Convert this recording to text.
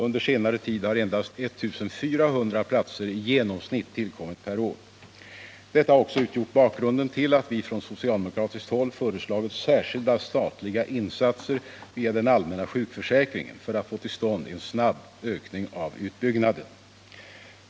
Under senare tid har endast 1400 platser i genomsnitt tillkommit per år. Detta har också utgjort bakgrunden till att vi från socialdemokratiskt håll föreslagit särskilda statliga insatser via den allmänna sjukförsäkringen för att få till stånd en snabb ökning av utbyggnaden.